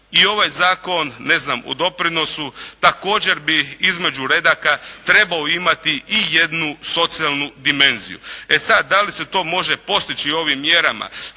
i ovaj zakon ne znam o doprinosu također bi između redaka trebao imati i jednu socijalnu dimenziju. E sad, da li se to može postići ovim mjerama